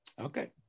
Okay